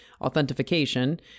authentication